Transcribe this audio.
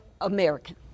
American